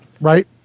Right